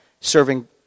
Serving